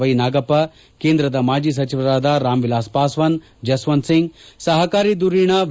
Y Nagappa ಕೇಂದ್ರದ ಮಾಜಿ ಸಚಿವರಾದ ರಾಮ್ ವಿಲಾಸ್ ಪಾಸ್ವಾನ್ ಜಸ್ವಂತ್ ಸಿಂಗ್ ಸಹಕಾರಿ ಧುರೀಣ ವಿ